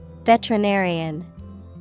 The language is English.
Veterinarian